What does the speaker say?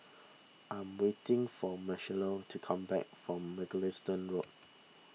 I am waiting for Marcela to come back from Mugliston Road